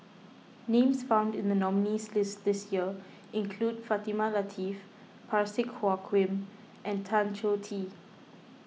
names found in the nominees' list this year include Fatimah Lateef Parsick Joaquim and Tan Choh Tee